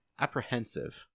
apprehensive